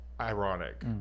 ironic